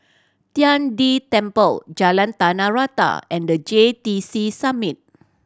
Tian De Temple Jalan Tanah Rata and The J T C Summit